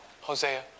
Hosea